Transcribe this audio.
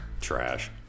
trash